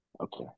Okay